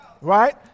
Right